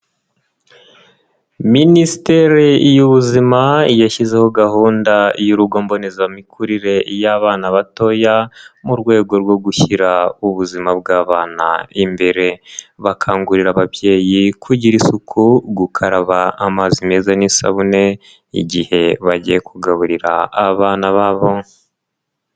Minisiteri y'Ubuzima yashyizeho gahunda y'urugo mbonezamikurire y'abana batoya mu rwego rwo gushyira ubuzima bw'abana imbere bakangurira ababyeyi kugira isuku, gukaraba amazi meza n'isabune igihe bagiye kugaburira abana babo.